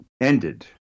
ended